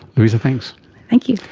louisa, thanks. thank you.